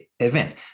event